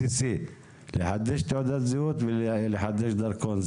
לחדש תעודת זהות ולחדש דרכון.